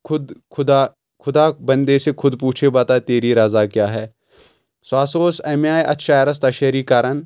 خود خدا بنٛدے سے خود پوچھے بتا تیر رزا کیٛاہ ہے سُہ ہسا اوس امہِ آیہِ اتھ شعرس تشٲری کران